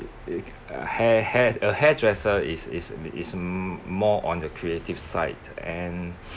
a hair hair a hairdresser is is m~ is m~ more on the creative side and